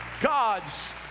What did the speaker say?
God's